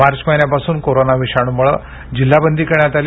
मार्च महिन्यापासून कोरोना विषाणूमुळे जिल्हा बंदी करण्यात आली